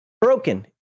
Broken